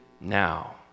now